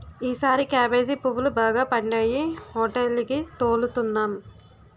ఈసారి కేబేజీ పువ్వులు బాగా పండాయి హోటేలికి తోలుతన్నాం